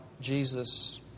Jesus